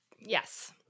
Yes